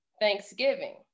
Thanksgiving